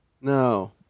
No